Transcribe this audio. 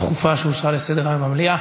חסרים לכם מנהיגים שאתם יכולים להלל?